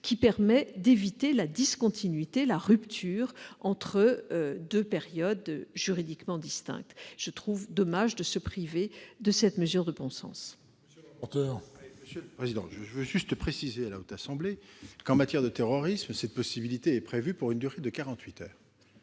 qui permet d'éviter la discontinuité, la rupture entre deux périodes juridiquement distinctes. Je trouve dommage de s'en priver. La parole est à M. le corapporteur. Je veux juste préciser à la Haute Assemblée que, en matière de terrorisme, cette possibilité est prévue pour une durée de